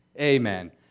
Amen